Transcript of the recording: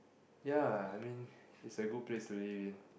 ya I mean is a good place to live in